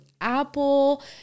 apple